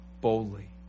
boldly